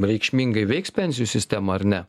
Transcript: reikšmingai veiks pensijų sistemą ar ne